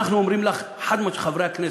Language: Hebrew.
אנחנו אומרים לך, חד-משמעית, חברי הכנסת: